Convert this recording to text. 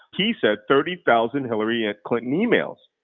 he said, thirty thousand hillary and clinton emails.